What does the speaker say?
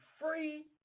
free